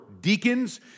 deacons